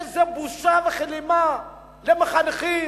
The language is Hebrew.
איזו בושה וכלימה למחנכים,